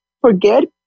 forget